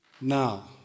Now